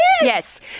Yes